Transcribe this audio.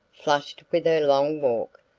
flushed with her long walk,